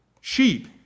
sheep